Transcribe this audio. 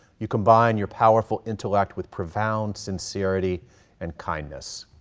you combine your powerful intellect with profound sincerity and kindness.